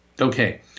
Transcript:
okay